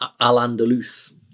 Al-Andalus